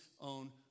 own